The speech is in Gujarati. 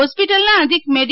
હોસ્પિટલનાં અધિક મેડી